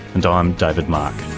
and i'm david mark